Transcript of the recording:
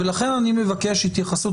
לכן אני מבקש התייחסות,